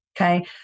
okay